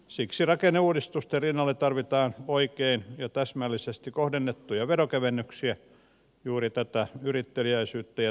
siksi rakenneuudistusten rinnalle tarvitaan oikein ja täsmällisesti kohdennettuja veronkevennyksiä juuri tätä yritteliäisyyttä ja työntekoa innostamaan